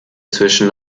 zwischen